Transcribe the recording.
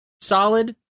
solid